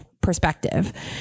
perspective